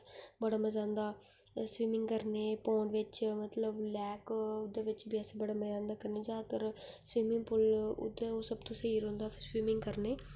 बड़ा मजा आंदा स्विमिंग करने कन्नै पोन्ड बिच मतलब लेक ओहदे बिच बी असें ई बड़ा मजा आंदा करने च जादातर स्विमिंग पूल ओह् सब तो स्हेई रौहंदा स्विमिंग करने ई